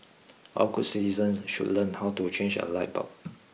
all good citizens should learn how to change a light bulb